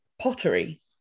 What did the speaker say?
pottery